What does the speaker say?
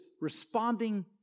responding